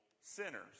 sinners